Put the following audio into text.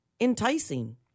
enticing